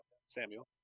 Samuel